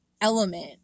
element